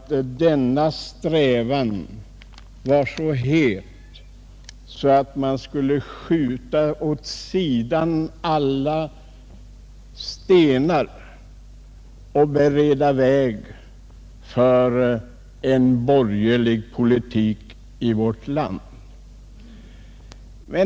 Denna strävan var sä het att man skulle vältra åt sidan alla stenar för att bereda väg för en borgerlig politik i vårt land.